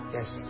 Yes